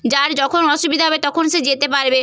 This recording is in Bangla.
যার যখন অসুবিধা হবে তখন সে যেতে পারবে